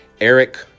Eric